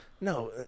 No